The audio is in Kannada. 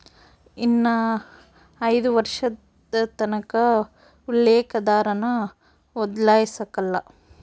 ಇನ್ನ ಐದು ವರ್ಷದತಕನ ಉಲ್ಲೇಕ ದರಾನ ಬದ್ಲಾಯ್ಸಕಲ್ಲ